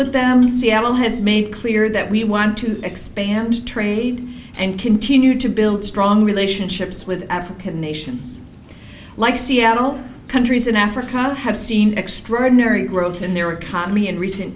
with them seattle has made clear that we want to expand trade and continue to build strong relationships with african nations like seattle countries in africa have seen extraordinary growth in their economy in recent